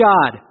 God